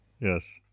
Yes